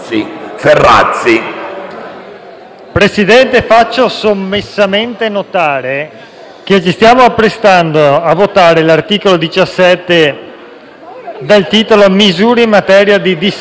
Presidente, faccio sommessamente notare che ci stiamo apprestando a votare l'articolo 17 in materia di dissesto idrogeologico.